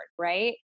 right